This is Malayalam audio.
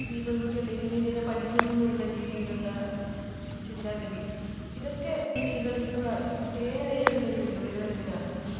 നീ പെൺകുട്ടിയല്ലേ നീയെന്തിനാണ് പഠിക്കുന്നത് എന്നുള്ള രീതിയിലുള്ള ചിന്താഗതി ഇതൊക്കെ സ്ത്രീകളിപ്പോഴും നിത്യേനെ നേരിടുന്ന ഒരു വെല്ലുവിളികൾ തന്നെയാണ്